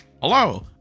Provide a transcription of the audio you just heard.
Hello